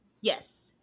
Yes